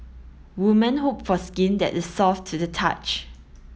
women hope for skin that is soft to the touch